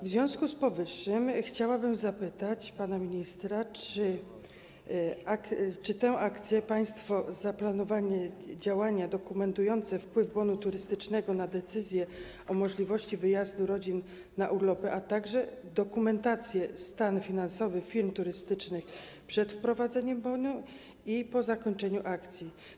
W związku z powyższym chciałabym zapytać pana ministra: Czy w związku z tą akcją macie państwo zaplanowane działania dokumentujące wpływ bonu turystycznego na decyzje o możliwości wyjazdu rodzin na urlopy, a także dokumentujące stan finansowy firm turystycznych przed wprowadzeniem bonu i po zakończeniu akcji?